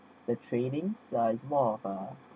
the training is a more of uh